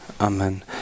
Amen